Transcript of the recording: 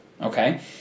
okay